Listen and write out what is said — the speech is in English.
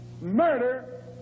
murder